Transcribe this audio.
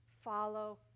follow